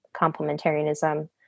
complementarianism